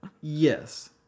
Yes